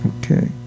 Okay